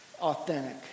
authentic